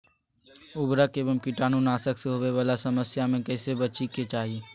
उर्वरक एवं कीटाणु नाशक से होवे वाला समस्या से कैसै बची के चाहि?